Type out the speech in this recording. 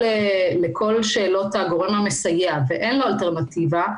שאלות הגורם המסייע ואין לו אלטרנטיבה,